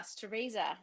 Teresa